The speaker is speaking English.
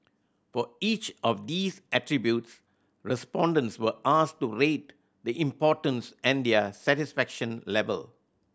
for each of these attributes respondents were asked to rate the importance and their satisfaction level